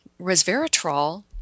resveratrol